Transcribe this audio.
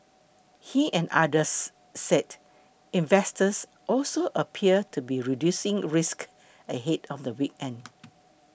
he and others said investors also appeared to be reducing risk ahead of the weekend